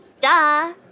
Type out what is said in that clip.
Duh